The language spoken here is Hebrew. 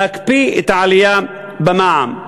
להקפיא את העלייה במע"מ".